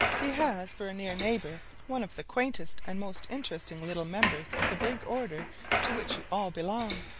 he has for a near neighbor one of the quaintest and most interesting little members of the big order to which you all belong.